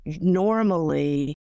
normally